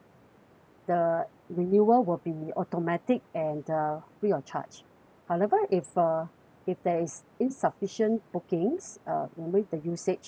the renewal will be automatic and uh free of charge however if uh if there is insufficient bookings uh it means the usage